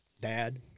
dad